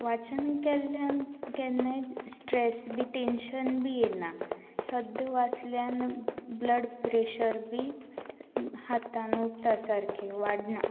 वाचन केल्ल्यान केन्नाय स्ट्रेस बी टेंशन बिीयेना सद्द वाचल्यान ब्लड प्रेशर बी हातान उरता सारकें वाडना